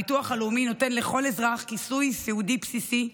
הביטוח הלאומי נותן לכל אזרח כיסוי סיעודי בסיסי,